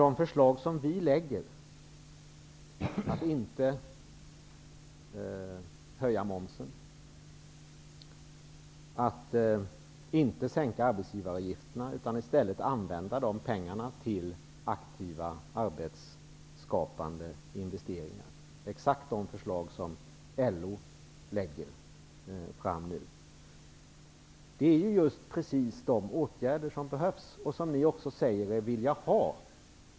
De förslag som vi emellertid lägger fram, exempelvis att inte höja momsen, att inte sänka arbetsgivaravgifterna utan i stället använda pengarna till aktiva arbetsskapande investeringar - exakt likadana förslag som LO lägger fram - är just de åtgärder som behövs. Socialdemokraterna säger sig också vilja ha sådana åtgärder.